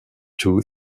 two